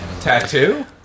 tattoo